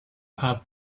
have